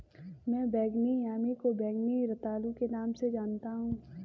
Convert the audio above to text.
मैं बैंगनी यामी को बैंगनी रतालू के नाम से जानता हूं